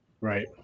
Right